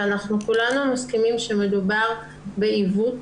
וכולנו מסכימים שמדובר בעיוות